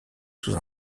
sous